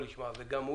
ייגמר.